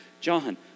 John